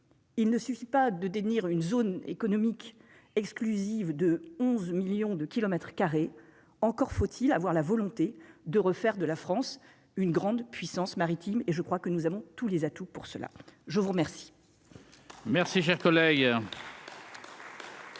Il ne suffit pas de devenir une zone économique exclusive de 11 millions de km2, encore faut-il avoir la volonté de refaire de la France une grande puissance maritime et je crois que nous avons tous les atouts pour cela je vous remercie.